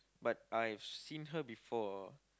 but I've seen her before